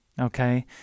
Okay